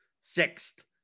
sixth